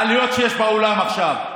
העלויות שיש בעולם עכשיו,